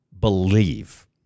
believe